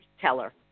teller